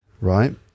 right